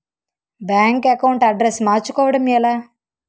Bank account address మార్చుకోవడం ఎలా?